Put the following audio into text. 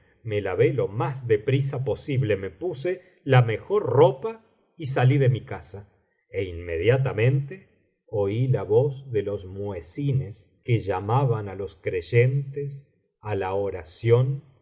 me lavé lo más de prisa posible me puse la mejor ropa y salí de mi casa e inmediatamente oí la voz de los muezines que llamaban á los creyentes á la oración